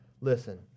Listen